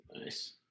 Nice